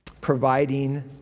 providing